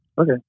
Okay